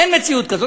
אין מציאות כזאת.